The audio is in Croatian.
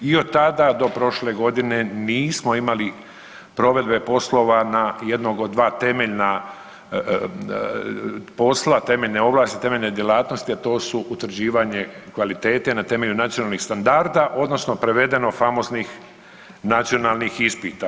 I od tada do prošle godine nismo imali provedbe poslova na jednog od dva temeljna posla, temeljne ovlasti, temeljne djelatnosti, a to su utvrđivanje kvalitete na temelju nacionalnih standarda odnosno prevedenih famoznih nacionalnih ispita.